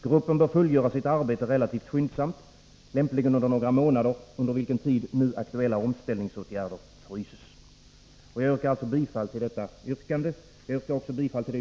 Gruppen bör fullgöra sitt arbete relativt skyndsamt, nämligen under några månader, under vilken tid nu aktuella omställningsåtgärder fryses.” Jag yrkar alltså bifall till detta yrkande.